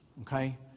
Okay